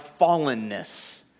fallenness